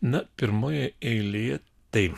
na pirmoje eilėje tai